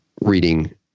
reading